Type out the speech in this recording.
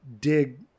dig